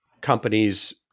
companies